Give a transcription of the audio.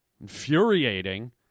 infuriating